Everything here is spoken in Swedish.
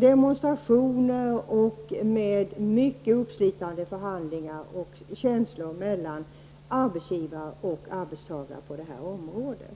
demonstrationer och mycket uppslitande förhandlingar — och känslor — mellan arbetsgivare och arbetstagare på det här området?